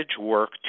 work